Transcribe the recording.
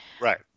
right